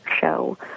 show